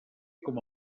com